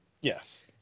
Yes